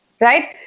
Right